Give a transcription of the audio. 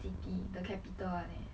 city the capital [one] leh